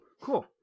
cool